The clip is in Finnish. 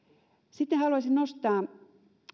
sitten haluaisin nostaa